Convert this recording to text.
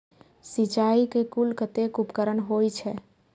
सिंचाई के कुल कतेक उपकरण होई छै?